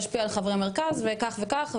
להשפיע על חברי מרכז וכך וכך,